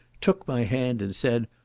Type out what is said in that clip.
took my hand, and said,